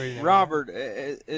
Robert